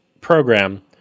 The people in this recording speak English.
program